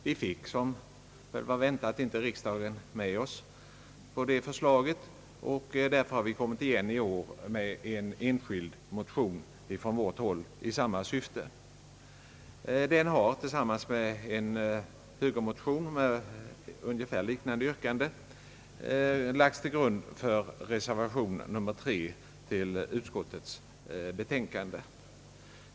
Vi fick som väntat inte riksdagen med oss på det förslaget, och därför har vi kommit igen i år med en enskild motion i samma syfte. Motionen har tillsammans med en högermotion med liknande yrkande lagts till grund för reservation nr 3 till utskottets betänkande.